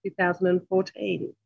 2014